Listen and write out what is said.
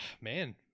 man